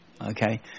okay